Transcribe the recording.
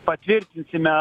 patvirtins ime